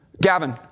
Gavin